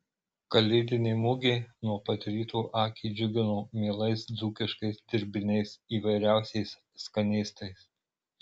kalėdinė mugė nuo pat ryto akį džiugino mielais dzūkiškais dirbiniais įvairiausiais skanėstais